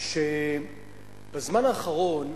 שבזמן האחרון,